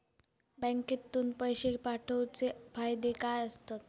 बँकेतून पैशे पाठवूचे फायदे काय असतत?